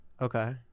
Okay